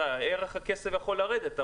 ערך הכסף יכול לרדת,